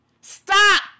Stop